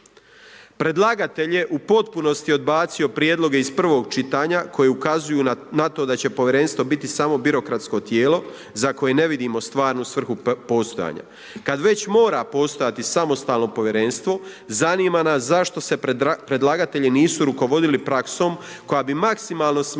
Predlagatelj je u potpunosti odbacio prijedloge iz prvog čitanja koji ukazuju na to da će Povjerenstvo biti samo birokratsko tijelo za koje ne vidimo stvarnu svrhu postojanja. Kad već mora postojati samostalno Povjerenstvo zanima nas zašto se predlagatelji nisu rukovodili praksom koja bi maksimalno smanjila